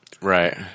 Right